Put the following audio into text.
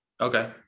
Okay